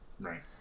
Right